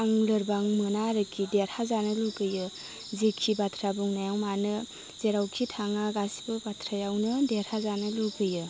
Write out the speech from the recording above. आं लोरबां मोना आरखि देरहाजानो लुगैयो जेखि बाथ्रा बुंनायाव मानो जेरावखि थाङा गासिबो बाथ्रायावनो देरहाजोनो लुगैयो